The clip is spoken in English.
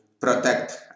protect